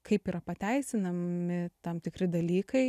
kaip yra pateisinami tam tikri dalykai